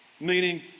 Meaning